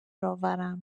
آورم